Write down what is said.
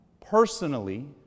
personally